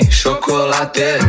chocolate